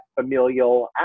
familial